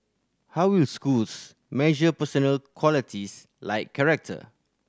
how will schools measure personal qualities like character